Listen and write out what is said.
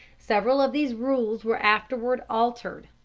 several of these rules were afterwards altered,